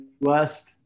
West